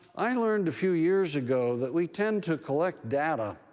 i learned a few years ago that we tend to collect data,